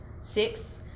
six